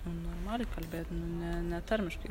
nu normaliai kalbėt ne netarmiškai